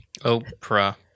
Oprah